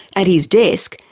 at his desk,